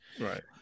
Right